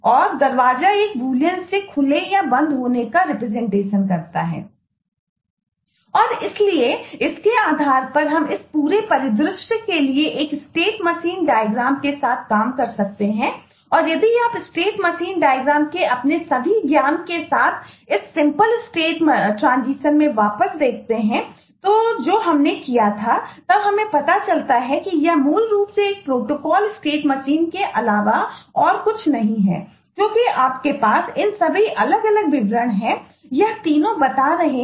और इसलिए इसके आधार पर हम इस पूरे परिदृश्य के लिए एक स्टेट मशीन डायग्राम पाते हैं